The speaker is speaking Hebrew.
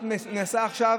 את מנסה עכשיו